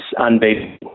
unbeatable